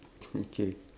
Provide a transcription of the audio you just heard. okay